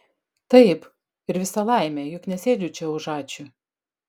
taip ir visa laimė juk nesėdžiu čia už ačiū